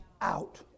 out